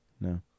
no